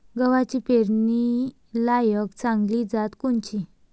गव्हाची पेरनीलायक चांगली जात कोनची?